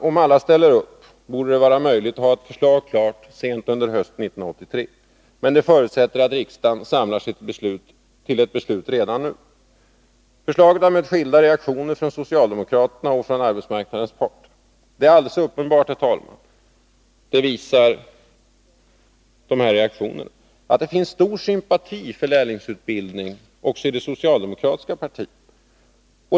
Om alla ställer upp, borde det vara möjligt att ha ett förslag klart sent under hösten 1983, men det förutsätter att riksdagen samlar sig till ett beslut redan nu i vår. Vårt förslag har mött skilda reaktioner från socialdemokraterna och från arbetsmarknadens parter. Det är alldeles uppenbart, herr talman — det visar dessa reaktioner — att det finns en stor sympati för lärlingsutbildning också i det socialdemokratiska partiet.